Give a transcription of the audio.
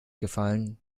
gefallen